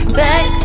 back